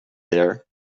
there